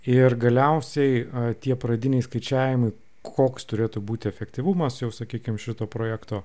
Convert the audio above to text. ir galiausiai tie pradiniai skaičiavimai koks turėtų būti efektyvumas jau sakykim šito projekto